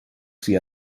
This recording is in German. sie